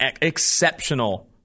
exceptional